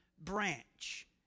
branch